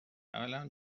اولا